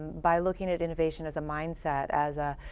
by looking at innovation as a mindset, as a,